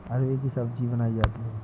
अरबी की सब्जी बनायीं जाती है